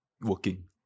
working